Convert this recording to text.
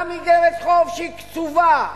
גם איגרת חוב שהיא קצובה,